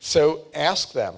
so ask them